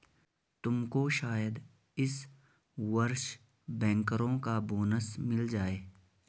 तुमको शायद इस वर्ष बैंकरों का बोनस मिल जाए